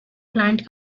plant